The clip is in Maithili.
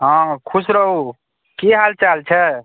हँ खुश रहू की हाल चाल छै